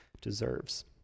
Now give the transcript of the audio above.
deserves